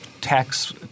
tax